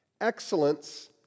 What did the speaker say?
excellence